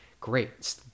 great